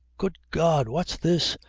good god! what's this!